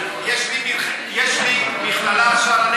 יש לי מכללה עכשיו,